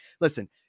listen